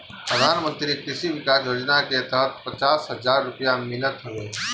प्रधानमंत्री कृषि विकास योजना के तहत पचास हजार रुपिया मिलत हवे